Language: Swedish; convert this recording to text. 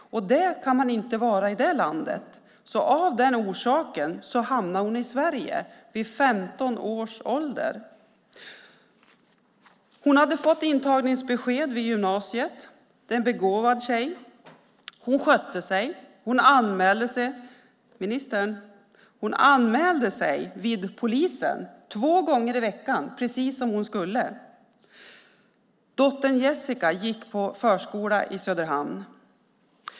Det kan man inte vara i det landet. Av den orsaken hamnade hon i Sverige vid 15 års ålder. Hon hade fått intagningsbesked till gymnasiet. Det är en begåvad tjej. Hon skötte sig. Hon anmälde sig - lyssna till mig, ministern - till polisen två gånger i veckan precis som hon skulle. Dottern Jessica gick på förskola i Söderhamn.